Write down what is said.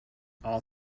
all